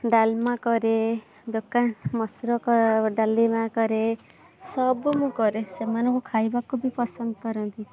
ଡାଲମା କରେ ଦୋକାନ ମସୁର ଡାଲମା କରେ ସବୁ ମୁଁ କରେ ସେମାନଙ୍କୁ ଖାଇବାକୁ ବି ପସନ୍ଦ କରନ୍ତି